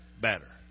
better